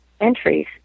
entries